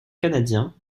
canadien